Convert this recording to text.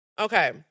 Okay